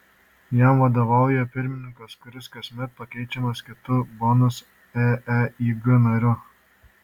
jam vadovauja pirmininkas kuris kasmet pakeičiamas kitu bonus eeig nariu